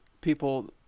people